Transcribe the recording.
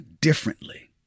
differently